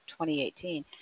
2018